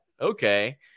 Okay